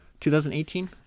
2018